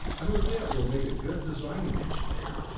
and with it we'll need a good designing engineer.